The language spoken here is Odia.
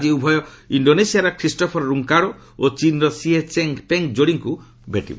ଆଜି ଉଭୟ ଇଣ୍ଡୋନେସିଆର ଖ୍ରୀଷ୍ଟୋଫର୍ ରୁଙ୍କାଡ୍ ଓ ଚୀନ୍ର ସିହେ ଚେଁ ପେଙ୍ଗ୍ ଯୋଡ଼ିଙ୍କୁ ଭେଟିବେ